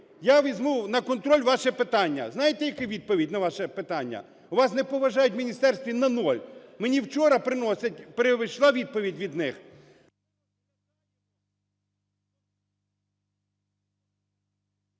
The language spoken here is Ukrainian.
"Я візьму на контроль ваше питання". Знаєте, яка відповідь на ваше питання? Вас не поважають у міністерстві на нуль. Мені вчора приносять, прийшла відповідь від них…